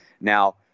Now